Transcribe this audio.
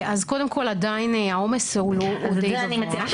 אז קודם כל, עדיין העומס הוא די גבוהה.